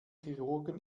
chirurgen